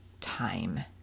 time